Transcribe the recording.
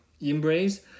embrace